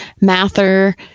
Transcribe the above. Mather